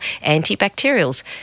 antibacterials